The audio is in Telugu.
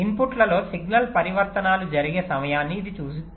ఇన్పుట్లలో సిగ్నల్ పరివర్తనాలు జరిగే సమయాన్ని ఇది సూచిస్తుంది